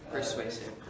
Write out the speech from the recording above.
Persuasive